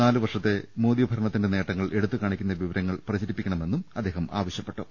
നാലുവർഷത്തെ മോദി ഭരണത്തിന്റെ നേട്ട ങ്ങൾ എടുത്തുകാണിക്കുന്ന വിവരങ്ങൾ പ്രചരിപ്പിക്കണമെന്നും അദ്ദേഹം ആവശ്യപ്പെട്ടു